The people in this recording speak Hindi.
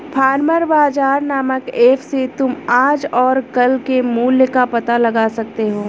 फार्मर बाजार नामक ऐप से तुम आज और कल के मूल्य का पता लगा सकते हो